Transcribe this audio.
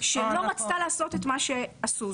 שלא רצתה לעשות את מה שעשו.